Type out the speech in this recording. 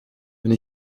wenn